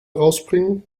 rausbringen